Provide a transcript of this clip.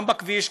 גם בכביש,